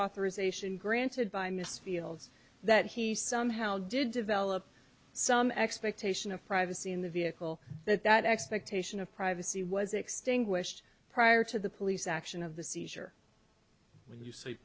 authorization granted by mr fields that he somehow did develop some expectation of privacy in the vehicle that that expectation of privacy was extinguished prior to the police action of the seizure would you say